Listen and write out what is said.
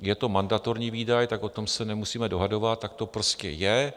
Je to mandatorní výdaj, tak o tom se nemusíme dohadovat, tak to prostě je.